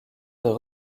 des